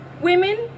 Women